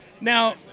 Now